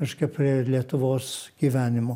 reiškia prie lietuvos gyvenimo